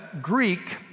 Greek